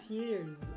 years